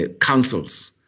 councils